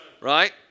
right